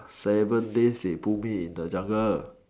seven days they put me in the jungle